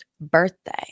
birthday